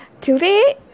today